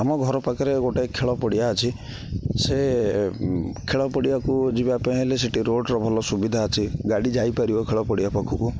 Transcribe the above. ଆମ ଘର ପାଖରେ ଗୋଟେ ଖେଳ ପଡ଼ିଆ ଅଛି ସେ ଖେଳ ପଡ଼ିଆକୁ ଯିବା ପାଇଁ ହେଲେ ସେଠି ରୋଡ଼ର ଭଲ ସୁବିଧା ଅଛି ଗାଡ଼ି ଯାଇପାରିବ ଖେଳ ପଡ଼ିଆ ପାଖକୁ